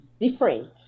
different